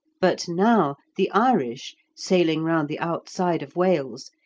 but now the irish, sailing round the outside of wales,